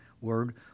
word